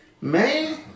man